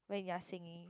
when you are singing